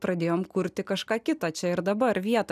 pradėjome kurti kažką kitą čia ir dabar vietą